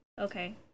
okay